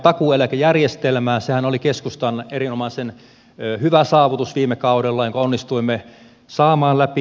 sehän oli keskustan erinomaisen hyvä saavutus viime kaudella jonka onnistuimme saamaan läpi